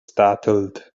startled